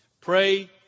Pray